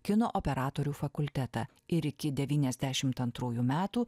kino operatorių fakultetą ir iki devyniasdešimt antrųjų metų